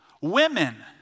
Women